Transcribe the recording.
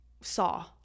saw